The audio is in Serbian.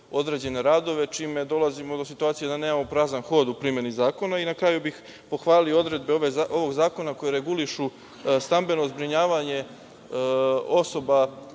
određene radove čime dolazimo do situacije da nemamo prazan hod u primeni zakona. Na kraju bih pohvalio odredbe ovog zakona koje regulišu stambeno zbrinjavanje osoba